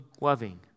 loving